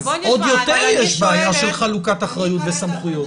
אז יותר יש בעיה של חלוקת אחריות וסמכויות.